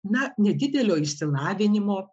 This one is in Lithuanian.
na nedidelio išsilavinimo